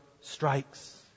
strikes